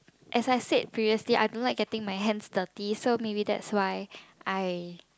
as I said previously I don't like getting my hands dirty so maybe that's why I